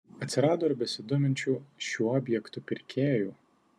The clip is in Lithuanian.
atsirado ir besidominčių šiuo objektu pirkėjų